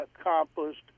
accomplished